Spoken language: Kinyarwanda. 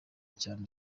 cyane